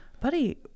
buddy